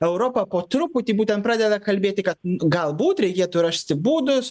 europa po truputį būtent pradeda kalbėti ka galbūt reikėtų rasti būdus